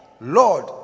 lord